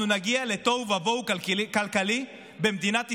אנחנו נגיע לתוהו ובוהו כלכלי במדינת ישראל.